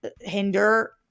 hinder